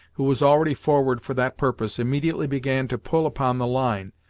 who was already forward for that purpose, immediately began to pull upon the line.